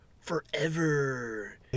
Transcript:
forever